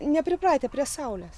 nepripratę prie saulės